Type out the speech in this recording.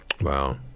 Wow